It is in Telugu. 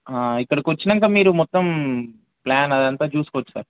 ఇక్కడికి వచ్చాక మీరు మొత్తం ప్లాన్ అదంతా చూసుకోవచ్చు సార్